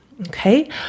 Okay